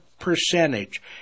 Percentage